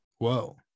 whoa